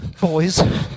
boys